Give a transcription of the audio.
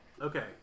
Okay